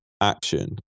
action